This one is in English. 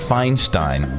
Feinstein